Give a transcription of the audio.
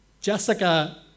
Jessica